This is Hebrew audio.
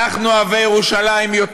אוהבי ירושלים.